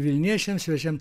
vilniečiams svečiams